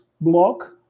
block